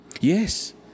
Yes